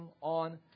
on